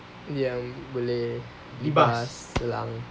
yang boleh bebas selang